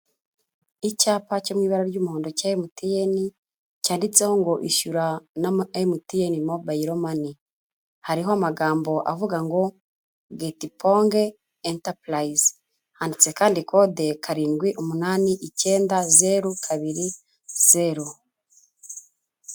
Icyapa cyo mu ibara ry'umuhodo cya emuteyeni, cyanditseho ngo ishyura na emutiyeni mobiyilo mani, hariho amagambo avuga ngo, getiponge intapurayizi, handitse kandi kode karindwi, umunani, icyenda zeru, kabiri, zeru.